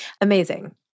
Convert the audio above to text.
amazing